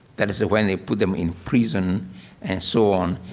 that is when they put them in prison and so on,